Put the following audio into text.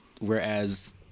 Whereas